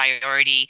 priority